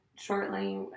Shortly